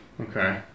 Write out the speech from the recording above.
Okay